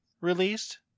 released